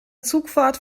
zugfahrt